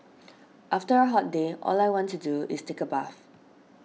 after a hot day all I want to do is take a bath